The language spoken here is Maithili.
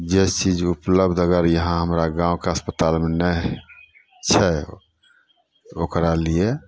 जे चीज उपलब्ध अगर यहाँ हमरा गाँवके अस्पतालमे नहि होइ छै ओकरा लिये